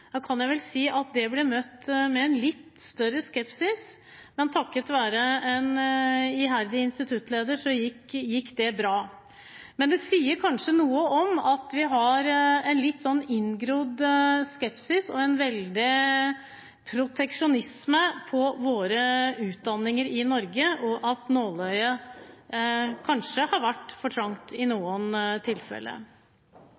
jeg kan vel si at det ble møtt med en litt større skepsis, men takket være en iherdig instituttleder gikk det bra. Det sier kanskje noe om at vi har en litt inngrodd skepsis og en veldig proteksjonisme når det gjelder våre utdanninger i Norge, og at nåløyet kanskje har vært for trangt i